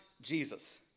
Jesus